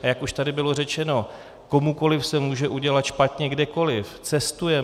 A jak už tady bylo řečeno, komukoliv se může udělat špatně kdekoliv, cestujeme.